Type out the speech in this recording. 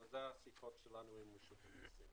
זה מהשיחות שלנו עם רשות המסים.